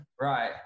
Right